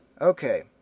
Okay